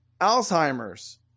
Alzheimer's